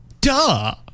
duh